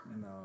No